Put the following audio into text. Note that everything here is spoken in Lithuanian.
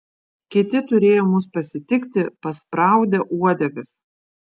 kiti turėjo mus pasitikti paspraudę uodegas